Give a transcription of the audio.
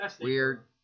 weird